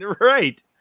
Right